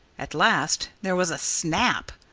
at last there was a snap!